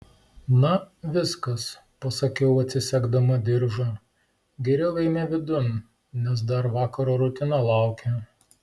na viskas pasakiau atsisegdama diržą geriau eime vidun nes dar vakaro rutina laukia